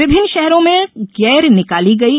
विभिन्न शहरों में गेर निकाली गयी